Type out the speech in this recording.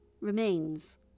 remains